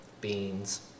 beans